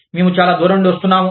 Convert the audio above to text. మేము చాలా దూరం నుండి వస్తున్నాము